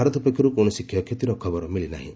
ଭାରତ ପକ୍ଷରୁ କୌଣସି କ୍ଷୟକ୍ଷତିର ଖବର ମିଳିନାହିଁ